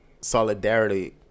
solidarity